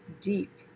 deep